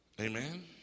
Amen